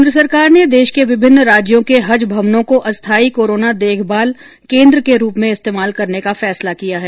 केन्द्र सरकार ने देश के विभिन्न राज्यों के हज भवनों को अस्थायी कोरोना देखभाल केन्द्र के रूप में इस्तेमाल करने का फैसला किया है